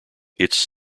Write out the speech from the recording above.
its